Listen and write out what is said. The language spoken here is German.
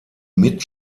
mit